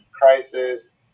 crisis